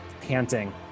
panting